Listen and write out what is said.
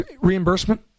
reimbursement